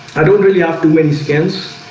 i don't really have too many scans